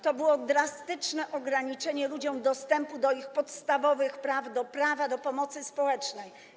To było drastyczne ograniczenie ludziom dostępu do ich podstawowych praw, do prawa do pomocy społecznej.